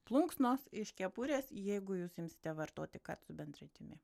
plunksnos iš kepurės jeigu jūs imsite vartoti kad su bendratimi